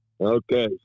Okay